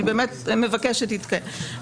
שאני מבקשת שתתקיים,